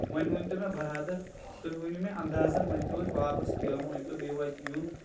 وۄنۍ ؤنۍ تو مےٚ برادر تُہۍ ؤنِو مےٚ اَندازن پیوو واپس پھیرُن وۄنۍ پیو بیٚیہِ وَتہِ یُن